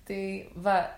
tai va